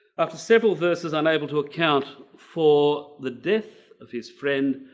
after several verses unable to account for the death of his friend,